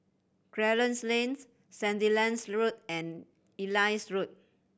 Clarence Lanes Sandilands Road and Ellis Road